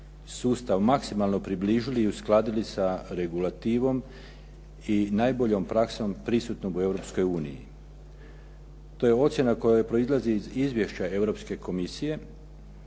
sustav maksimalno približili i uskladili sa regulativom i najboljom praksom prisutnoj u Europskoj uniji. To je ocjena koja proizlazi iz izvješća Europske komisije